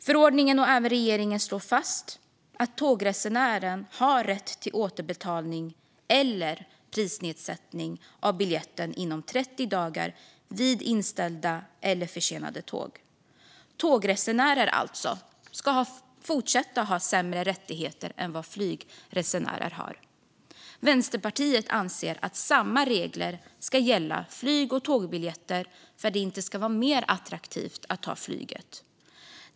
Förordningen och även regeringen slår fast att tågresenären har rätt till återbetalning eller prisnedsättning av biljetten inom 30 dagar vid inställda eller försenade tåg. Tågresenärer ska alltså fortsätta att ha sämre rättigheter än vad flygresenärer har. Vänsterpartiet anser att samma regler ska gälla flyg och tågbiljetter för att det inte ska vara mer attraktivt att ta flyget.